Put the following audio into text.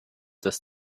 das